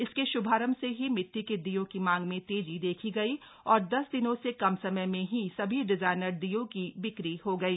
इसके शुभारंभ से ही मिट्टी के दीयों की मांग में तेजी देखी गई और दस दिनों से कम समय में ही सभी डिजाइनर दीयों की बिक्री हो गई